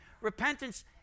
Repentance